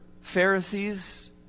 Pharisees